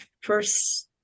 first